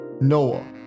Noah